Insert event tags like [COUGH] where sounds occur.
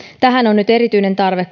tähän on nyt erityinen tarve [UNINTELLIGIBLE]